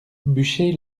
buchez